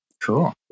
Cool